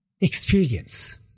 experience